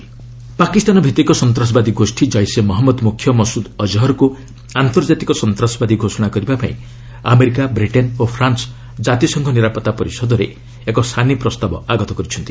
UNSC Masood Azhar Pakistan ଭିତ୍ତିକ ସନ୍ତାସବାଦୀ ଗୋଷ୍ଠୀ ଜୈସେ ମହମ୍ମଦ ମୁଖ୍ୟ ମସୁଦ୍ ଅଜହରକୁ ଆର୍ନ୍ତଜାତିକ ସନ୍ତାସବାଦୀ ଘୋଷଣା କରିବା ପାଇଁ ଆମେରିକା ବ୍ରିଟେନ ଓ ଫ୍ରାନ୍ସ କାତିସଂଘ ନିରାପତ୍ତା ପରିଷଦରେ ଏକ ସାନି ପ୍ରସ୍ତାବ ଆଗତ କରିଛନ୍ତି